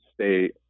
state